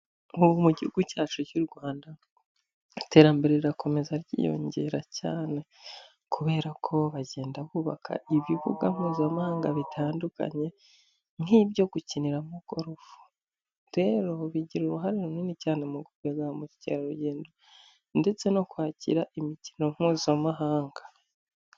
Ubu mu gihugu cyacu cy'u Rwanda iterambere rirakomeza ryiyongera cyane, kubera ko bagenda bubaka ibibuga mpuzamahanga bitandukanye nk'ibyo gukinira mu gorufe. Rero bigira uruhare runini cyane mu gukurura ba mukerarugendo ndetse no kwakira imikino mpuzamahanga.